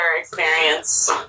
experience